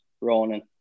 Ronan